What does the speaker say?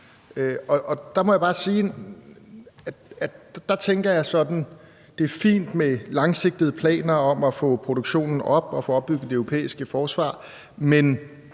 Og der må jeg bare sige, at jeg sådan tænker, at det er fint med langsigtede planer om at få produktionen op og få opbygget det europæiske forsvar, men